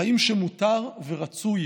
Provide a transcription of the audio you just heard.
חיים שמותר ורצוי